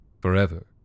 Forever